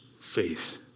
faith